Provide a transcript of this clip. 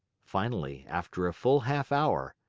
finally, after a full half hour,